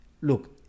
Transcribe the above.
look